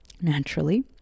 naturally